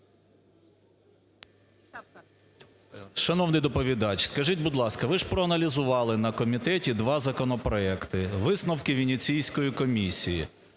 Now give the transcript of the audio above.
Шановний доповідач, скажіть, будь ласка, ви ж проаналізували на комітеті два законопроекти, висновки Венеційської комісії,